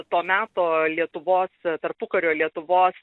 to meto lietuvos tarpukario lietuvos